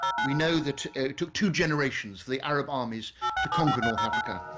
we know that it took two generations for the arab armies to conquer north africa.